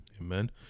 Amen